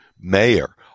mayor